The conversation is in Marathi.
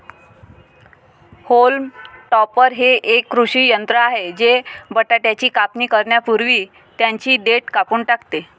होल्म टॉपर हे एक कृषी यंत्र आहे जे बटाट्याची कापणी करण्यापूर्वी त्यांची देठ कापून टाकते